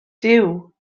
duw